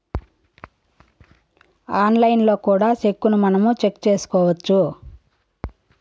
ఆన్లైన్లో కూడా సెక్కును మనం చెక్ చేసుకోవచ్చు